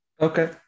Okay